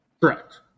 Correct